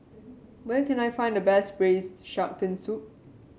where can I find the best Braised Shark Fin Soup